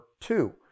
two